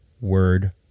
word